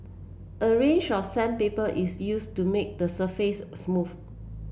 a range of sandpaper is used to make the surface smooth